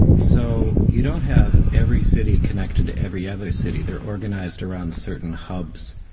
so you don't have every city connected to every other city, they're organised around certain hubs.